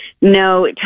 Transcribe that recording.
No